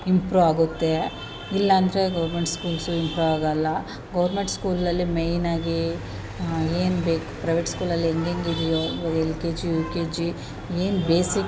improve ಆಗುತ್ತೆ ಇಲ್ಲಾಂದರೆ government schools improve ಆಗಲ್ಲ ಗೌರ್ಮೆಂಟ್ ಸ್ಕೂಲಲ್ಲಿ ಮೆಯ್ನ್ ಆಗಿ ಏನು ಬೇಕು ಪ್ರವೇಟ್ ಸ್ಕೂಲಲ್ಲಿ ಹೆಂಗೆಂಗೆ ಇದೆಯೋ L K G U K G ಏನು ಬೇಸಿಕ್